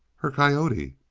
her coyote?